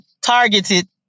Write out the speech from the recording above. targeted